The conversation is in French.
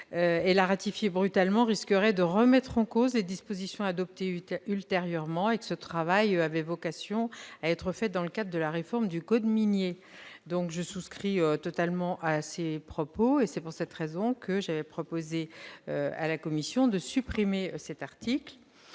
« la ratifier brutalement risquerait de remettre en cause les dispositions adoptées ultérieurement » et que ce travail avait « vocation à être fait dans le cadre de la réforme du code minier ». Je souscris totalement à ces propos. C'est pourquoi j'ai proposé à la commission de supprimer l'article